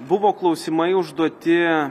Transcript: buvo klausimai užduoti